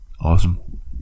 awesome